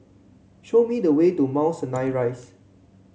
show me the way to Mount Sinai Rise